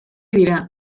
dira